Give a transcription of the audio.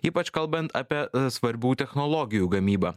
ypač kalbant apie svarbių technologijų gamybą